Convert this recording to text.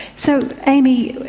so aimee,